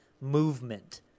movement